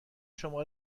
شما